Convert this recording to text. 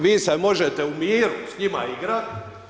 Vi se možete u miru s njima igrati